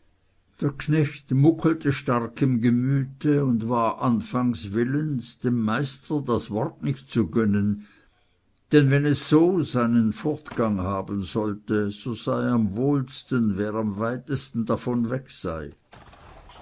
der knecht muckelte stark im gemüte und war anfangs willens dem meister das wort nicht zu gönnen denn wenn es so seinen fortgang haben solle so sei am wohlsten wer am weitesten davon weg sei